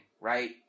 right